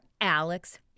Alex